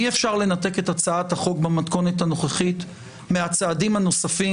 אי-אפשר לנתק את הצעת החוק במתכונת הנוכחית מהצעדים הנוספים